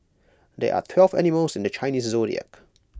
there are twelve animals in the Chinese Zodiac